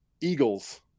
Eagles